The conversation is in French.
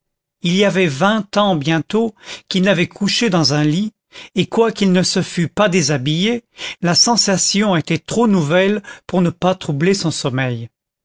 il y avait vingt ans bientôt qu'il n'avait couché dans un lit et quoiqu'il ne se fût pas déshabillé la sensation était trop nouvelle pour ne pas troubler son sommeil